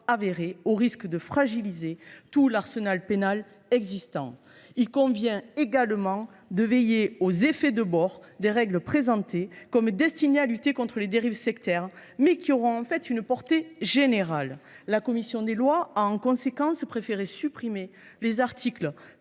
avérée, au risque de fragiliser tout l’arsenal pénal existant. Il convient également de veiller aux effets de bord de règles que l’on nous dit destinées à lutter contre les dérives sectaires, mais qui auront en fait une portée générale. La commission des lois a, en conséquence, décidé de supprimer les articles